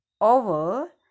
over